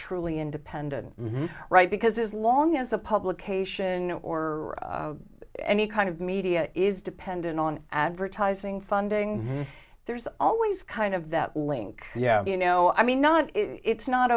truly independent right because as long as a publication or any kind of media is dependent on advertising funding there's always kind of that link yeah you know i mean not it's not